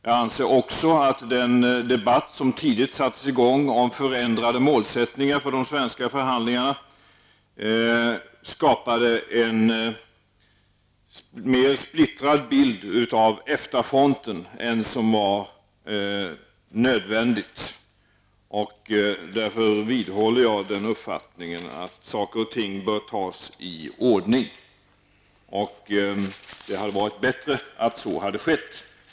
Vidare anser jag att den debatt som tidigt sattes i gång om förändrade målsättningar när det gäller de svenska förhandlingarna skapade en mer splittrad bild av EFTA-fronten än vad som var nödvändigt. Därför vidhåller jag uppfattningen att saker och ting bör tas i rätt ordning. Det hade varit bättre att så hade skett.